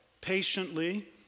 patiently